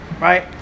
right